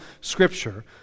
Scripture